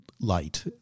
light